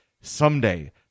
someday